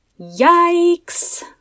Yikes